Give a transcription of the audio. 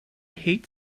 hate